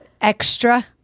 extra